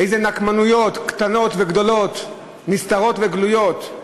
איזה נקמנויות קטנות וגדולות, נסתרות וגלויות,